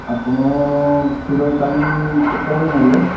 ଆପଣ କ୍ଷୀର କାଲି କେତେବେଳେ ନେଲେ